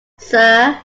sir